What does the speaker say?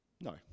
no